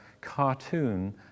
Cartoon